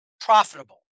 profitable